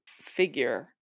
figure